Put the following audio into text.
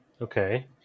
Okay